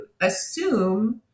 assume